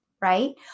right